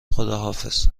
خداحافظ